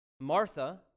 Martha